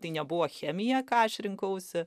tai nebuvo chemija ką aš rinkausi